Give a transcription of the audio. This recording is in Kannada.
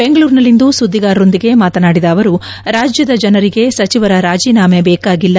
ಬೆಂಗಳೂರಿನಲ್ಲಿಂದು ಸುದ್ದಿಗಾರರೊಂದಿಗೆ ಮಾತನಾಡಿದ ಅವರು ರಾಜ್ಯದ ಜನರಿಗೆ ಸಚಿವರ ರಾಜಿನಾಮೆ ಬೇಕಾಗಿಲ್ಲ